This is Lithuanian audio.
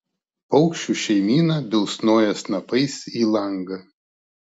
paukščių šeimyna bilsnoja snapais į langą